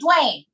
Dwayne